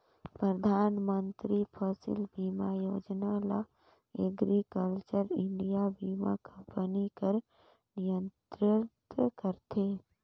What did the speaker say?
परधानमंतरी फसिल बीमा योजना ल एग्रीकल्चर इंडिया बीमा कंपनी हर नियंत्रित करथे